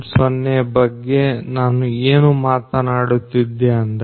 0 ಬಗ್ಗೆ ನಾನು ಏನು ಮಾತಾಡುತ್ತಿದ್ದೆ ಅಂದ್ರೆ